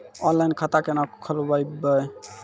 Online खाता केना खोलभैबै?